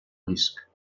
risc